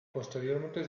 posteriormente